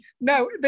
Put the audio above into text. No